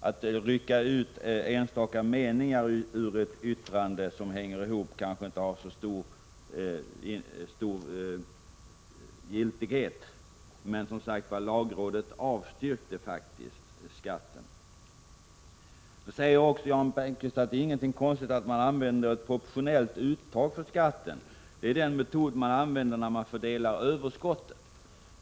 Att rycka ut enstaka meningar ur ett yttrande som hänger ihop kanske inte har så stor giltighet, men, som sagt, lagrådet avstyrkte faktiskt skatten. Vidare säger Jan Bergqvist att det inte är någonting konstigt att man använder ett proportionellt uttag för skatten, för den metoden använder man när man fördelar överskottet.